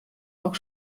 auch